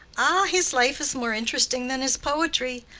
ah, his life is more interesting than his poetry,